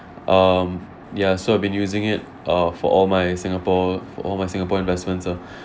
um ya so I've been using it uh for all my singapore all my singapore investments ah